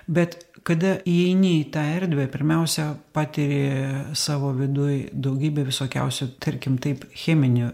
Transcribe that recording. bet kada įeini į tą erdvę pirmiausia patiri savo viduj daugybė visokiausių tarkim taip cheminių